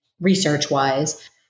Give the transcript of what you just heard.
research-wise